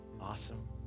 Awesome